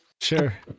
sure